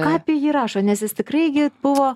ką apie jį rašo nes jis tikrai gi buvo